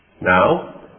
now